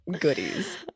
goodies